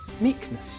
meekness